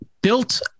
built